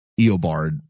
Eobard